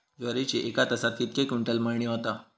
ज्वारीची एका तासात कितके क्विंटल मळणी होता?